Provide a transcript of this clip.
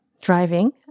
driving